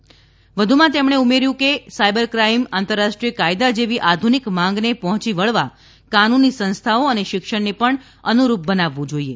તેમણે વધુમાં જણાવ્યુ હતું કે સાયબર ક્રાઇમ આંતરરાષ્ટ્રીય કાયદા જેવી આધુનિક માંગને પહોંચી વળવા કાનુની સંસ્થાઓ અને શિક્ષણને પણ અનુરૂપ બનાવવું જોઈએ